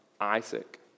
Isaac